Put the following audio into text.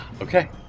Okay